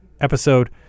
episode